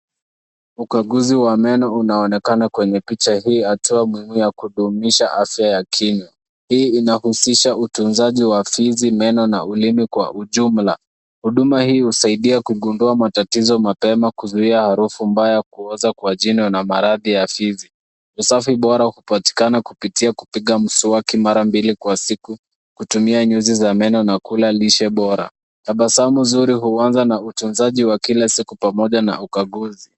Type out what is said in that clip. Ukaguzi wa meno unaonekana kwenye picha hii muhimu ya kudumisha afya hasa ya kinywa. Hii inahusisha utanzaji wa fizi, meno na ulimi kwa ujumla. Huduma hii husaidia kuondoa matatizo mapema, kuzuia harufu mbaya, kuoza kwa jino na maradhi ya fizi. Usafi bora hupatikana kupitia kupiga mswaki mara mbili kwa siku, kutumia nyuzi za meno na kula lishe bora. Tabasamu nzuri huanza na utunzaji wa Kila siku pamoja na ukaguzi.